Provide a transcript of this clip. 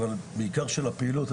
אבל בעיקר של הפעילות,